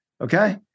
Okay